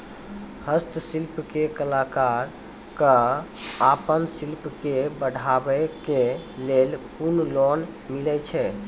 हस्तशिल्प के कलाकार कऽ आपन शिल्प के बढ़ावे के लेल कुन लोन मिलै छै?